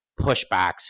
pushbacks